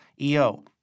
EO